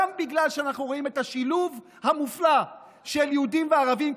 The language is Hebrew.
גם בגלל שאנחנו רואים את השילוב המופלא של יהודים וערבים,